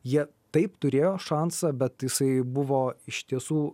jie taip turėjo šansą bet jisai buvo iš tiesų